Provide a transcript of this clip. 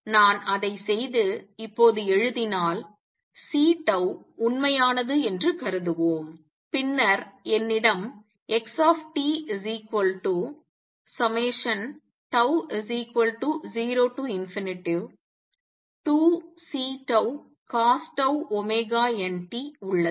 நான் அதை செய்து இப்போது எழுதினால் C உண்மையானது என்று கருதுவோம் பின்னர் என்னிடம் xtτ02Ccosτωnt உள்ளது